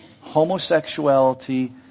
homosexuality